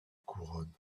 couronne